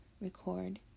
record